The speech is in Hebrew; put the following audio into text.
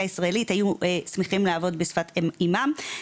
הישראלית היו שמחים לעבוד בשפת אימם.